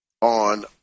on